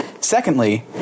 Secondly